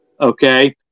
Okay